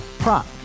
Prop